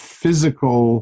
physical